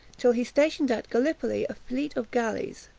till he stationed at gallipoli a fleet of galleys,